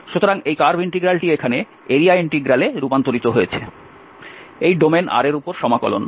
সুতরাং এই কার্ভ ইন্টিগ্রালটি এখানে এরিয়া ইন্টিগ্রালে রূপান্তরিত হয়েছে এই ডোমেইন R এর উপর সমাকলন